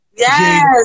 Yes